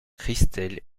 christelle